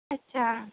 ਅੱਛਾ